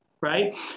right